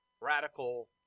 radical